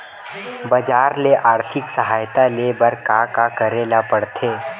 बजार ले आर्थिक सहायता ले बर का का करे ल पड़थे?